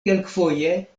kelkfoje